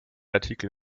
artikel